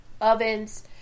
ovens